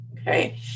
Okay